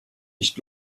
nicht